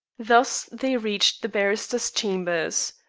thus they reached the barrister's chambers.